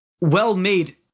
well-made